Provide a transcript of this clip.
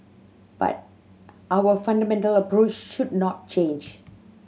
but our fundamental approach should not change